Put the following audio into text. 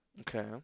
Okay